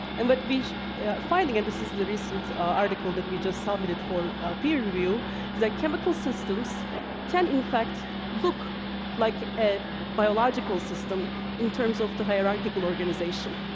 and what we finding, and this is the recent article that we just submitted for peer review that chemical systems can, in fact, look like a biological system in terms of the hierarchical organization.